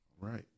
Right